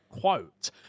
quote